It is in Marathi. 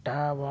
डावा